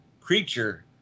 creature